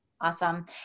Awesome